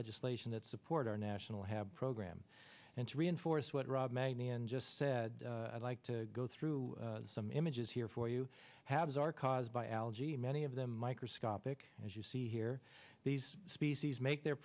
legislation that support our national have program and to reinforce what rob magni and just said i'd like to go through some images here for you has are caused by algae many of them microscopic as you see here these species make their